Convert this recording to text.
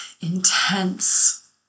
intense